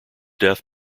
death